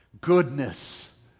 goodness